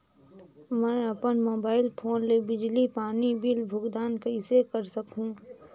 मैं अपन mobile phone ले बिजली पानी बिल भुगतान कइसे कर सकहुं?